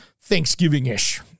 Thanksgiving-ish